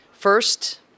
first